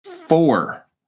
four